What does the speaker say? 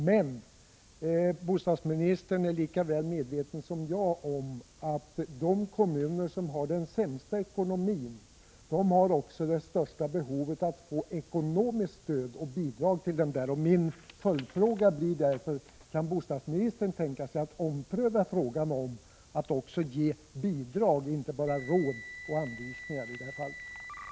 Men bostadsministern är lika väl medveten som jag om att det ofta gäller de kommuner som har den sämsta ekonomin och att de också har det största behovet av att få ekonomiskt stöd och bidrag. Min följdfråga blir därför: Kan bostadsministern tänka sig att ompröva frågan så att regeringen också ger bidrag, inte bara råd och anvisningar, i detta fall? hindra sydafrikanskt deltagande i planerat möte i Sverige med